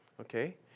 Okay